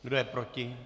Kdo je proti?